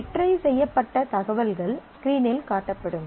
retrieve செய்யப்பட்ட தகவல்கள் ஸ்க்ரீனில் காட்டப்படும்